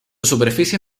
superficie